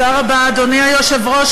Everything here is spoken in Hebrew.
אדוני היושב-ראש,